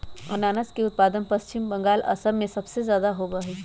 अनानस के उत्पादन पश्चिम बंगाल, असम में सबसे ज्यादा होबा हई